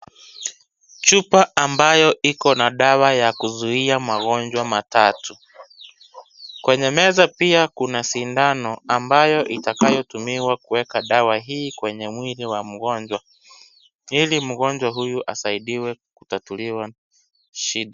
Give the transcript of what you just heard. Chupa ambayo iko na dawa ya kuzuia magonjwa matatu, kwenye meza pia kuna sindano ambayo itakayo tumiwa kuweka dawa hii kwenye mwili wa mgonjwa ili mgonjwa huyu asaidiwe kutatuliwa shida.